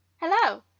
Hello